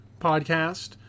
podcast